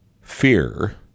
fear